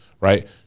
Right